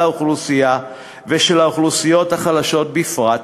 האוכלוסייה ושל האוכלוסיות החלשות בפרט,